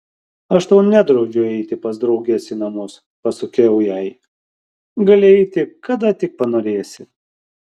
aš tau nedraudžiu eiti pas drauges į namus pasakiau jai gali eiti kada tik panorėsi